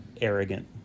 arrogant